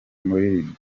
muri